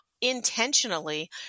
intentionally